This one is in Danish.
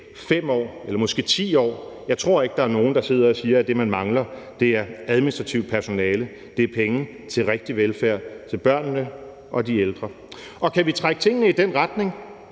5 år eller måske 10 år tilbage? Jeg tror ikke, der er nogen, der sidder og siger, at det, man mangler, er administrativt personale. Det er penge til rigtig velfærd, til børnene og de ældre. Kan vi trække tingene i den retning,